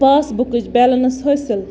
پاس بُکٕچ بیلنس حٲصِل